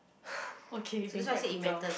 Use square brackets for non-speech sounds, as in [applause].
[breath] okay being practical